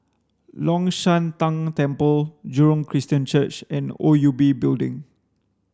Long Shan Tang Temple Jurong Christian Church and O U B Building